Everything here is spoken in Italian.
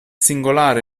singolare